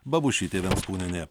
babušytė venckūnienė